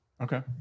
Okay